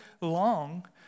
long